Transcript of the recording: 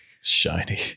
shiny